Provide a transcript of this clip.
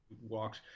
walks